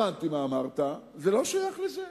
הבנתי מה אמרת, זה לא שייך לזה.